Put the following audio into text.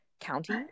county